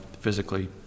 physically